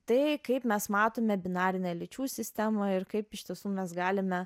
tai kaip mes matome binarinę lyčių sistemą ir kaip iš tiesų mes galime